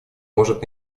может